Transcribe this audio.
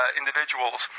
individuals